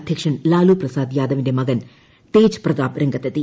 അധ്യക്ഷൻ ലാലു പ്രസദ് യാദവിന്റെ മകൻ തേജ് പ്രതാപ് രംഗത്തെത്തി